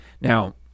Now